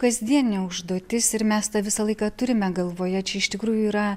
kasdienė užduotis ir mes tą visą laiką turime galvoje čia iš tikrųjų yra